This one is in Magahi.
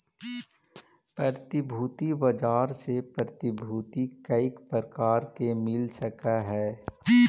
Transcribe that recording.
प्रतिभूति बाजार से प्रतिभूति कईक प्रकार मिल सकऽ हई?